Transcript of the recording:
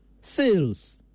Sales